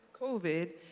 COVID